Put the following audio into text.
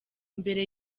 mbere